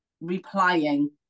replying